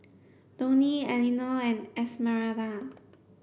Donie Elinor and Esmeralda